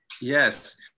Yes